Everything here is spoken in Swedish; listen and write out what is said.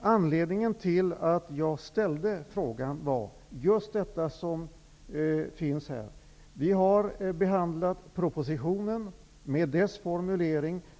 Anledningen till att jag ställde frågan var det som nämns i svaret. Vi har behandlat propositionen med dess formuleringar.